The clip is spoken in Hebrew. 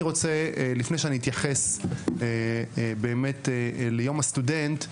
לפני שאתייחס ליום הסטודנט,